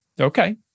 Okay